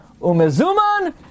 umezuman